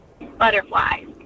Butterflies